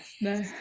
No